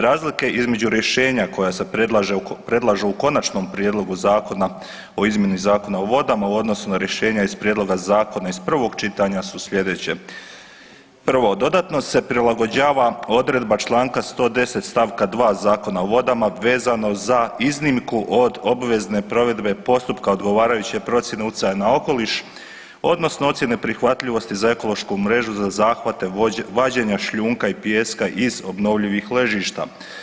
Razlike između rješenja koja se predlažu u Konačnom prijedlogu Zakona o izmjenama Zakona o vodama u odnosu na rješenja iz prijedloga zakona iz prvog čitanja su sljedeće, prvo, dodatno se prilagođava odredba čl. 110. st. 2. Zakona o vodama vezano za iznimku od obvezne provedbe postupka odgovarajuće procjene utjecaja na okoliš odnosno ocjene prihvatljivosti za ekološku mrežu za zahvate vađenja šljunka i pijeska iz obnovljivih ležišta.